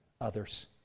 others